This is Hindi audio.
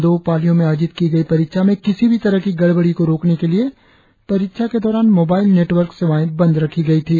दो पालियों में आयोजित की गई परीक्षा में किसी भी तरह की गड़बड़ी को रोकने के लिए परीक्षा के दौरान मोबाइल नेटवर्क सेवाएं बंद रखी गई थी